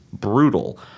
brutal